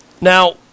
Now